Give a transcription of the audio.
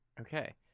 Okay